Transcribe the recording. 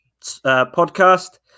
podcast